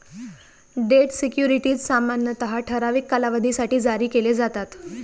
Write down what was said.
date securities सामान्यतः ठराविक कालावधीसाठी जारी केले जातात